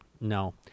No